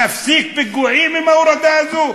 נפסיק פיגועים עם ההורדה הזו?